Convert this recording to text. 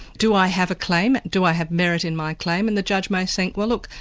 do i have a claim? do i have merit in my claim? and the judge may think well look,